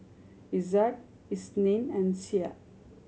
Izzat Isnin and Syah